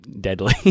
deadly